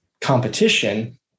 competition